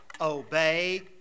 obey